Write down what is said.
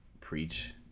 preach